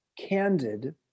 candid